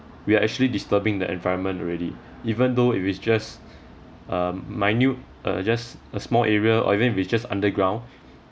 we are actually disturbing the environment already even though it was just a minute or just a small area or even if it just underground